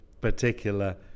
particular